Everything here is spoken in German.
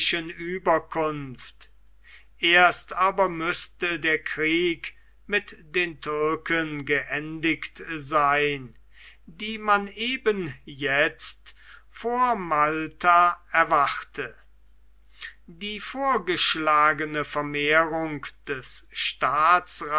ueberkunft erst aber müßte der krieg mit den türken geendigt sein die man eben jetzt vor malta erwarte die vorgeschlagene vermehrung des